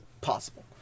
possible